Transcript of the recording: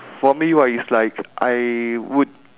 for me right it's like I would